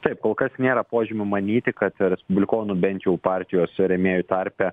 taip kol kas nėra požymių manyti kad respublikonų bent jau partijos rėmėjų tarpe